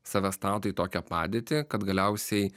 save stato į tokią padėtį kad galiausiai